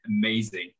amazing